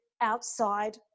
outside